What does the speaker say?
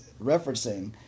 referencing